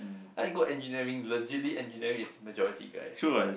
then I go engineering legibly engineering is majority guys